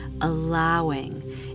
allowing